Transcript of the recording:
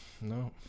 no